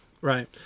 right